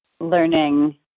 learning